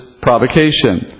provocation